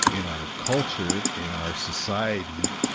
in our culture, in our society,